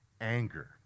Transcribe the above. anger